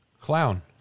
Clown